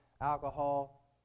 alcohol